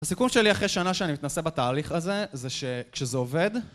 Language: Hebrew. הסיכום שלי אחרי שנה שאני מתנסה בתהליך הזה, זה שכשזה עובד